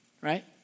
right